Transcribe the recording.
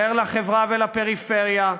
יותר לחברה ולפריפריה,